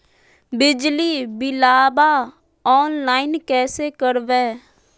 बिजली बिलाबा ऑनलाइन कैसे करबै?